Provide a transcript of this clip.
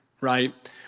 right